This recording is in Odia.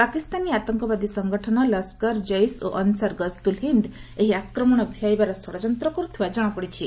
ପାକିସ୍ତାନୀ ଆତଙ୍କବାଦୀ ସଂଗଠନ ଲସ୍କର ଜୈସ୍ ଓ ଅନ୍ସାର ଗଜତୁଲ୍ ହିନ୍ ଏହି ଆକ୍ରମଣ ଭିଆଇବାର ଷଡ଼ଯନ୍ତ୍ର କରୁଥିବା ଜଣାପଡ଼ିଛି